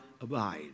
abide